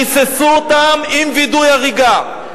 ריססו אותם עם וידוא הריגה.